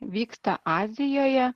vyksta azijoje